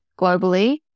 globally